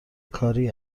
کاری